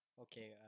Okay